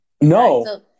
No